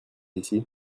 ici